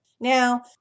Now